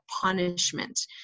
punishment